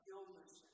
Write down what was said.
illness